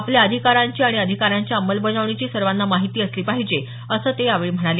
आपल्या अधिकारांची आणि अधिकारांच्या अंमलबजावणीची सर्वांना माहिती असली पाहिजे असं ते यावेळी म्हणाले